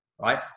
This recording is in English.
right